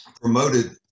promoted